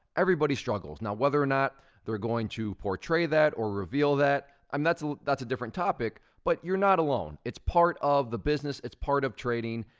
everybody struggles. now, whether or not they're going to portray that, or reveal that, um that's that's a different topic, but you're not alone. it's part of the business. it's part of trading,